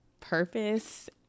purpose